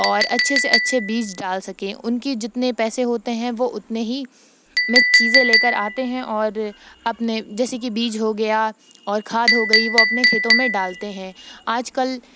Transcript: اور اچھے سے اچھے بیج ڈال سکیں ان کی جتنے پیسے ہوتے ہیں وہ اتنے ہی میں چیزیں لے کر آتے ہیں اور اپنے جیسے کہ بیج ہو گیا اور کھاد ہو گئی وہ اپنے کھیتوں میں ڈالتے ہیں آج کل